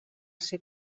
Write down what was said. ser